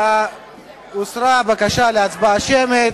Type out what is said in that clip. הוסרה הבקשה להצבעה שמית.